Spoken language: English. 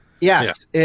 Yes